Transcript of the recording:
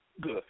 good